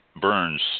Burns